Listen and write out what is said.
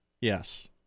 Yes